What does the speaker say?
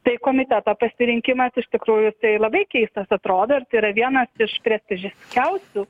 tai komiteto pasirinkimas iš tikrųjų tai labai keistas atrodo ir tai yra vienas iš prestižiškiausių